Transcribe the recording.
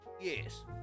Yes